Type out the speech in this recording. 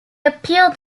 appealed